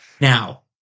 Now